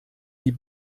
die